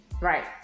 Right